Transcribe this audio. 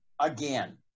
again